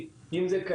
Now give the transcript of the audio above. אם זה במגזר הרוסי,